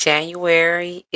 January